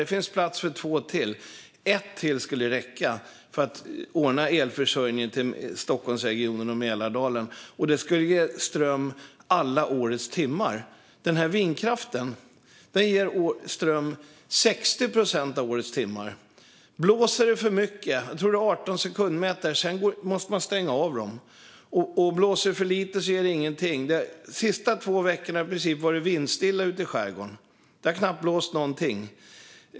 Det finns plats för två till, och ett till skulle räcka för att ordna elförsörjningen till Stockholmsregionen och Mälardalen. Det skulle ge ström alla årets timmar. Vindkraften ger ström 60 procent av årets timmar. Blåser det för mycket - jag tror att gränsen går vid 18 sekundmeter - måste man stänga av dem, och blåser det för lite ger det ingenting. De senaste två veckorna har det i princip varit vindstilla ute i skärgården. Det har knappt blåst någonting.